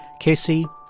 casey,